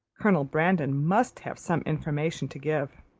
colonel brandon must have some information to give.